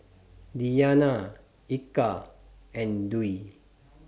Diyana Eka and Dwi